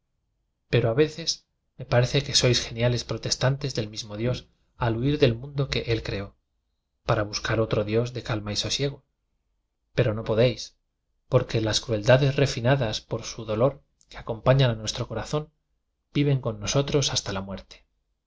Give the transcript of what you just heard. pero a veces me parece que sois genia les protestantes del mismo dios al huir del mundo que él creó para buscar otro dios de calma y sosiego pero no podéis porque las crueldades refinadas por su do lor que acompañan a nuestro corazón vi ven con nosotros hasta la muerte